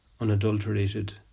unadulterated